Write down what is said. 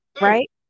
right